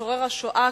משורר השואה,